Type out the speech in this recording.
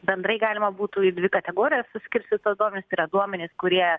bendrai galima būtų į dvi kategorijas suskirstyt tuos duomenis tai yra duomenys kurie